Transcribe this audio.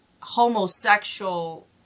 homosexual